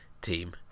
Team